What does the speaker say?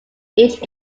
each